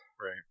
Right